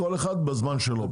כל אחד בזמן שלו,